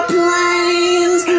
planes